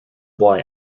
boy